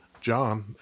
John